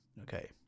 Okay